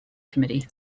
committee